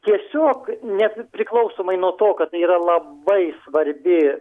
tiesiog nepriklausomai nuo to kad tai yra labai svarbi